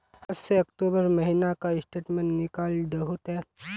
अगस्त से अक्टूबर महीना का स्टेटमेंट निकाल दहु ते?